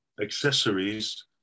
Accessories